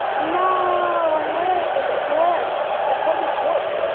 no. um yes, yes. that's how this works.